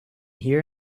here